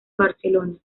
barcelona